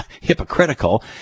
hypocritical